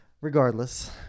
regardless